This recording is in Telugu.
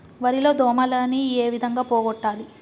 వరి లో దోమలని ఏ విధంగా పోగొట్టాలి?